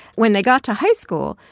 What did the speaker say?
when they got to high school,